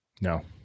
No